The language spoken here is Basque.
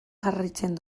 jarraitzen